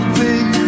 big